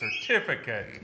certificate